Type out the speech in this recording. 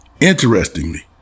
Interestingly